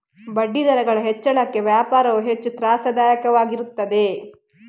ಬಡ್ಡಿದರಗಳ ಹೆಚ್ಚಳಕ್ಕೆ ವ್ಯಾಪಾರವು ಹೆಚ್ಚು ತ್ರಾಸದಾಯಕವಾಗಿರುತ್ತದೆ